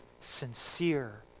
sincere